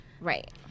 Right